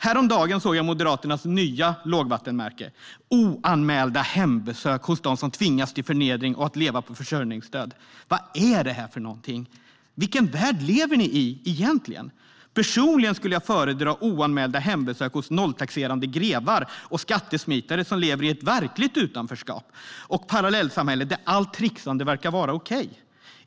Häromdagen såg jag Moderaternas nya lågvattenmärke: oanmälda hembesök hos dem som tvingas till förnedring och att leva på försörjningsstöd. Vad är det för något? Vilken värld lever ni i egentligen? Personligen skulle jag föredra oanmälda hembesök hos nolltaxerande grevar och skattesmitare som lever i ett verkligt utanförskap och parallellsamhälle där allt trixande verkar vara okej.